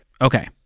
Okay